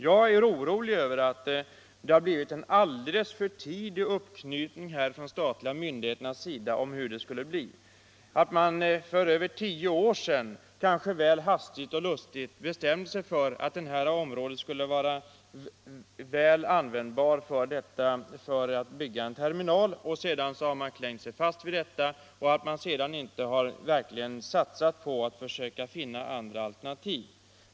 Jag är orolig över att de statliga myndigheterna knöt upp sig alltför tidigt när de för över tio år sedan ganska hastigt och lustigt bestämde sig för att det här området skulle vara lämplig förläggningsplats för en terminal. Sedan har man klängt sig fast vid detta och inte satsat på att finna andra alternativ.